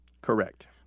Correct